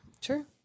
Sure